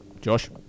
Josh